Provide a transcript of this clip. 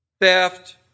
theft